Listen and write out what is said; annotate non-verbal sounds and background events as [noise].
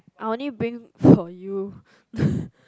I only bring for you [laughs]